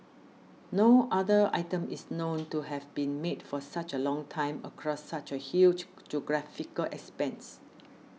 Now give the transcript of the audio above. no other item is known to have been made for such a long time across such a huge geographical expanse